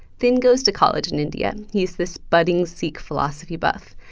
thind goes to college in india, he's this budding sikh philosophy buff.